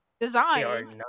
design